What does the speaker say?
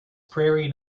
prairie